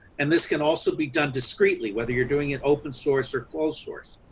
and this can also be done discreetly whether you are doing it open source or closed source.